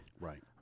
Right